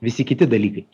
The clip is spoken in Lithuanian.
visi kiti dalykai